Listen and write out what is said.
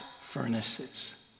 furnaces